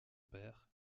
père